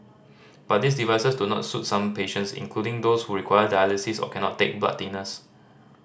but these devices do not suit some patients including those who require dialysis or cannot take blood thinners